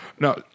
No